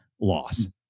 loss